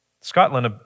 Scotland